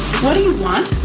what do you want?